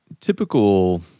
typical